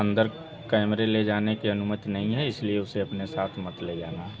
अंदर कैमरे ले जाने की अनुमति नहीं है इसलिए उसे अपने साथ मत ले जाना